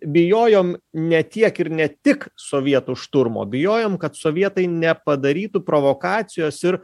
bijojom ne tiek ir ne tik sovietų šturmo bijojom kad sovietai nepadarytų provokacijos ir